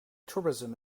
tourism